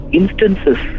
instances